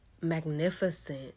magnificent